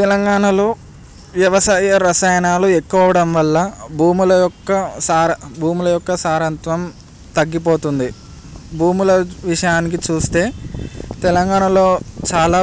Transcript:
తెలంగాణలో వ్యవసాయ రసాయనాలు ఎక్కువ అవ్వడం వల్ల భూముల యొక్క సా భూముల యొక్క సారాంతం తగ్గిపోతుంది భూముల విషయానికి చూస్తే తెలంగాణలో చాలా